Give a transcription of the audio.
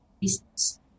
business